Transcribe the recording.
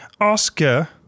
Oscar